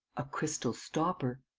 a crystal stopper.